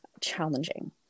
challenging